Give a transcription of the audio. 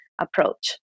approach